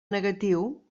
negatiu